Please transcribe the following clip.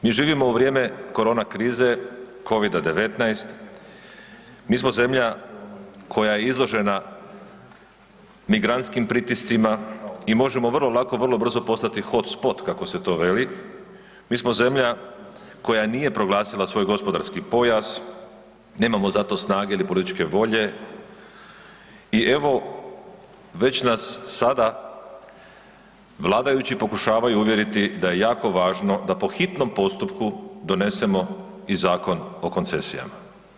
Mi živimo u vrijeme korona krize COVID-a 19, mi smo zemlja koja je izložena migrantskim pritiscima i možemo vrlo lako, vrlo brzo postati hot spot kako se to veli, mi smo zemlja koja nije proglasila svoj gospodarski pojas, nemamo za to snage ili političke volje i evo, već nas sada vladajući pokušavaju uvjeriti da je jako važno da po hitnom postupku donesemo i Zakon o koncesijama.